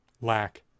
lack